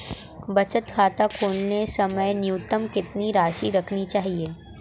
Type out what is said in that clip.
बचत खाता खोलते समय न्यूनतम कितनी राशि रखनी चाहिए?